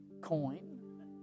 coin